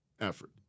effort